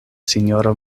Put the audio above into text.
sinjoro